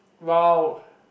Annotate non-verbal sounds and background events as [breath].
!wow! [breath]